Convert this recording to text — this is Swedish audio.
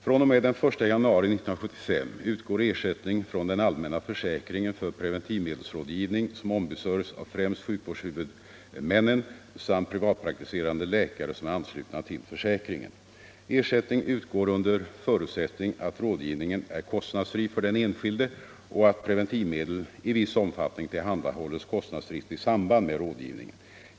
fr.o.m. den 1 januari 1975 utgår ersättning från den allmänna försäkringen för preventivmedelsrådgivning som ombesörjs av främst sjukvårdshuvudmännen samt privatpraktiserande läkare som är anslutna till försäkringen. Ersättning utgår under förutsättning att rådgivningen är kostnadsfri för den enskilde och att preventivmedel i viss omfattning tillhandahålles kostnadsfritt i samband med rådgivningen.